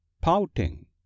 Pouting